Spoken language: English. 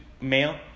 male